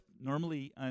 normally